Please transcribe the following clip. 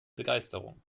begeisterung